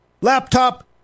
laptop